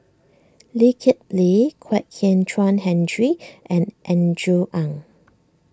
Lee Kip Lee Kwek Hian Chuan Henry and Andrew Ang